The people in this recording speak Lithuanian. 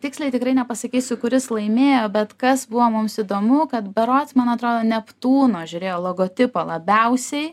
tiksliai tikrai nepasakysiu kuris laimėjo bet kas buvo mums įdomu kad berods man atrodo neptūno žiūrėjo logotipą labiausiai